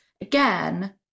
again